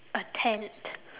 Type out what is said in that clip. a tent